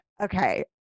okay